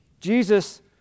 Jesus